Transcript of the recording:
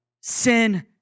Sin